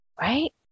Right